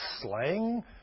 slang